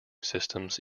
systems